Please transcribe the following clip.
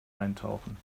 eintauchen